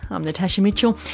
i'm natasha mitchell,